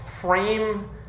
frame